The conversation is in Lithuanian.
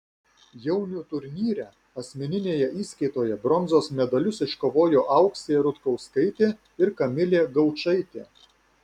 jaunių turnyre asmeninėje įskaitoje bronzos medalius iškovojo auksė rutkauskaitė ir kamilė gaučaitė